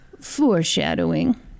foreshadowing